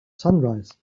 sunrise